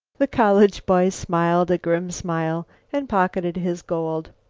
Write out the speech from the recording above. the college boy smiled a grim smile and pocketed his gold.